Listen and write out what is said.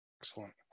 Excellent